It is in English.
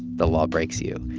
the law breaks you.